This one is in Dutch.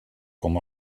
kon